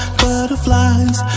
butterflies